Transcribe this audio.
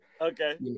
okay